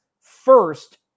First